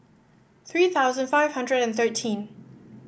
three thousand five hundred and thirteen